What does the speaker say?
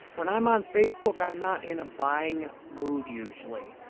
when i'm on facebook, i'm not in a buying mood usually.